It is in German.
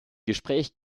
gespräch